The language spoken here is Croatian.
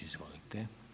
Izvolite.